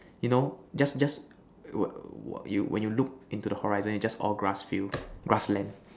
you know just just you when you look into the horizon is just all grass field grassland